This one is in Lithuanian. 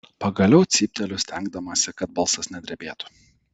pagaliau cypteliu stengdamasi kad balsas nedrebėtų